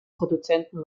produzenten